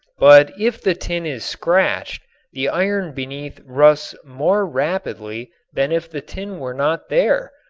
but if the tin is scratched the iron beneath rusts more rapidly than if the tin were not there,